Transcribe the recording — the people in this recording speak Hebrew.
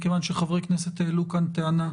מכיוון שחברי כנסת העלו כאן טענה,